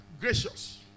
gracious